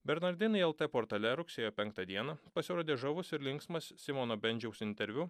bernardinai lt portale rugsėjo penktą dieną pasirodė žavus ir linksmas simono bendžiaus interviu